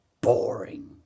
boring